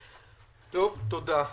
תודה.